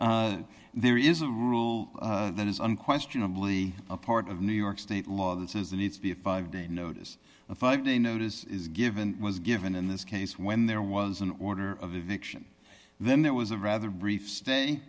form there is a rule that is unquestionably a part of new york state law that says that it's be a five day notice a five day notice is given was given in this case when there was an order of addiction then there was a rather brief stay